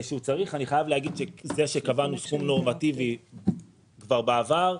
אני חייב להגיד שזה שקבענו סכום נורמטיבי כבר בעבר,